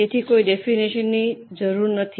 તેથી કોઈ ડેફીનિશનની જરૂર નથી